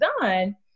done